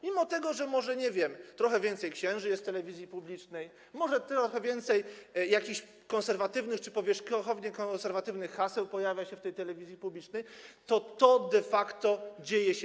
Mimo że może, nie wiem, trochę więcej księży jest w telewizji publicznej, może trochę więcej jakichś konserwatywnych czy powierzchownie konserwatywnych haseł pojawia się w telewizji publicznej, to de facto dzieje się.